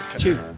Two